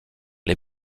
les